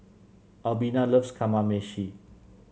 Albina loves Kamameshi